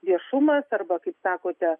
viešumas arba kaip sakote